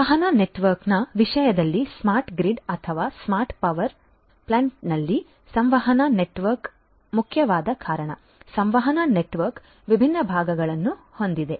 ಸಂವಹನ ನೆಟ್ವರ್ಕ್ನ ವಿಷಯದಲ್ಲಿ ಸ್ಮಾರ್ಟ್ ಗ್ರಿಡ್ ಅಥವಾ ಸ್ಮಾರ್ಟ್ ಪವರ್ ಪ್ಲಾಂಟ್ನಲ್ಲಿ ಸಂವಹನ ನೆಟ್ವರ್ಕ್ ಮುಖ್ಯವಾದ ಕಾರಣ ಸಂವಹನ ನೆಟ್ವರ್ಕ್ ವಿಭಿನ್ನ ಭಾಗಗಳನ್ನು ಹೊಂದಿದೆ